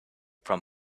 from